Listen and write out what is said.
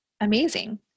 Amazing